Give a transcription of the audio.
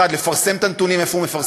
1. לפרסם את הנתונים על איפה הוא מפרסם,